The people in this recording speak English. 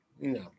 no